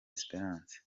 esperance